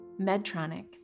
Medtronic